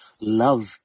Love